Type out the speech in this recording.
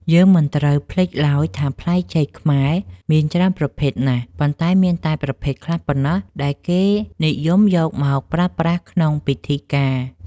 យើងមិនត្រូវភ្លេចឡើយថាផ្លែចេកខ្មែរមានច្រើនប្រភេទណាស់ ប៉ុន្តែ មានតែប្រភេទខ្លះប៉ុណ្ណោះដែលគេនិយមយកមកប្រើប្រាស់ក្នុងពិធីការ។